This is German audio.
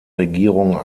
regierung